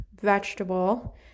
vegetable